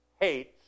hates